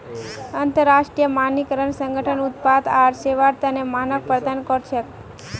अंतरराष्ट्रीय मानकीकरण संगठन उत्पाद आर सेवार तने मानक प्रदान कर छेक